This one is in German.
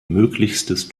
möglichstes